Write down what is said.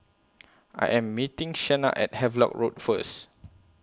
I Am meeting Shenna At Havelock Road First